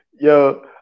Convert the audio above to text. Yo